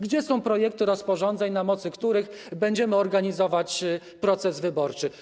Gdzie są projekty rozporządzeń, na mocy których będziemy organizować proces wyborczy?